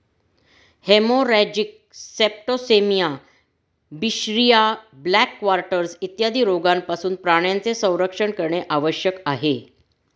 haemorrhagic septicaemia, बिशरिया, black quarters इत्यादी रोगांपासून प्राण्यांचे संरक्षण करणे आवश्यक आहे